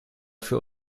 für